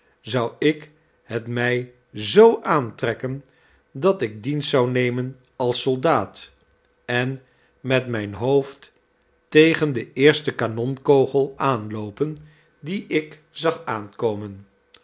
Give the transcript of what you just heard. zou ik het mij zoo aantrekken dat ik dienst zou nemen als soldaat en met mijn hoofd tegen den eersten kanonkogel aanloopen dien ik zag aankomen